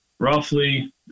roughly